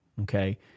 Okay